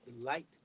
light